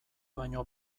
baino